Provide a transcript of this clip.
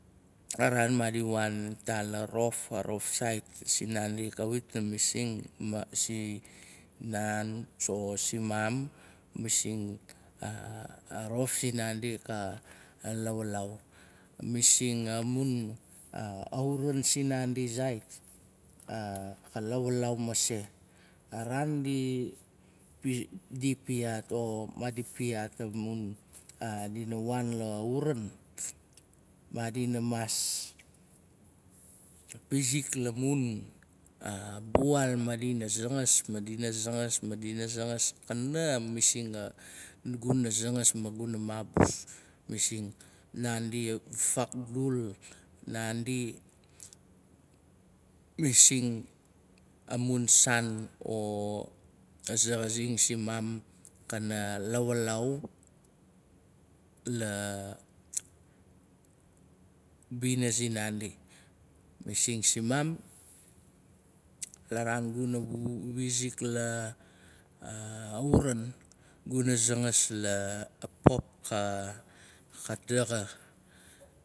Araan maadi waan ita la rof. A rof sait sin naandi kawit na masing simaam. Masing a rof sin naandi kalawalaau. Masing auran sin naandi sait kalawalaau mase. A raan di piat omaadi piat. dina waan lauran. Madi maas pizik la mun buaal. maadi na zangas. maadina zangaas. maadi zangas. kana masing guna zangas ma guna maabus. Masing naandi fakdu naandi masing amun saan. o zangasing simaam kana lawalaau la bina sin naadi. Masing simam, la raan guna wizik, la lauran guna. zangas la pop ka daxa.